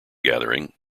gathering